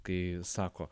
kai sako